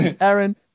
Aaron